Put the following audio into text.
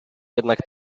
jednak